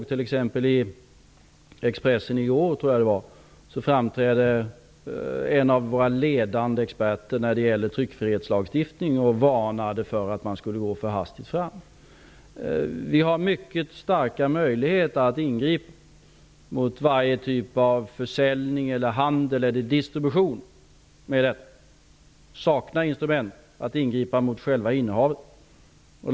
I Expressen i går framträdde t.ex. en av våra ledande experter när det gäller tryckfrihetslagstiftning och varnade för att man skulle gå för hastigt fram. Vi har mycket starka möjligheter att ingripa mot varje typ av försäljning, handel och distribution. Men vi saknar instrument att ingripa mot själva innehavet.